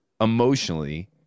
emotionally